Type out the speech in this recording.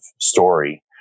story